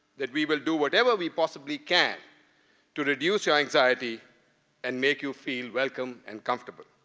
that we will do whatever we possibly can to reduce your anxiety and make you feel welcome and comfortable.